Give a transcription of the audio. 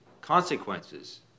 consequences